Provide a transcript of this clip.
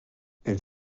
elle